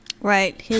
Right